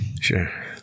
Sure